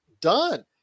done